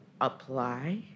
apply